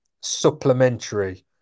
supplementary